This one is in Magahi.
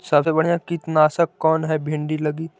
सबसे बढ़िया कित्नासक कौन है भिन्डी लगी?